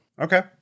Okay